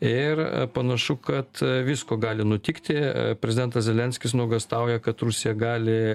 ir panašu kad visko gali nutikti prezidentas zelenskis nuogąstauja kad rusija gali